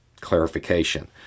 clarification